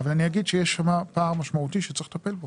אבל אני אגיד שיש שם פער משמעותי שצריך לטפל בו.